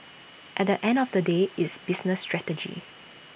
at the end of the day it's business strategy